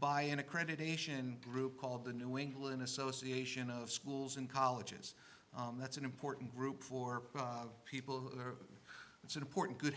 by an accreditation group called the new england association of schools and colleges that's an important group for people who it's an important good